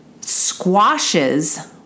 squashes